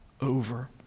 over